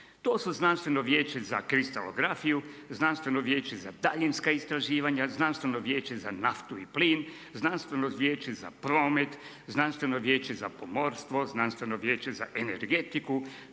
To su Znanstveno vijeće za kristalografiju, Znanstveno vijeće za daljinska istraživanja, Znanstveno vijeće za naftu i plin, Znanstveno vijeće za promet, Znanstveno vijeće za pomorstvo, Znanstveno vijeće za energetiku,